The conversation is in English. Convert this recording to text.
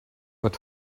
but